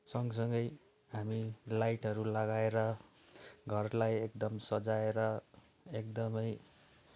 सँगसँगै हामी लाइटहरू लगाएर घरलाई एकदम सजाएर एकदमै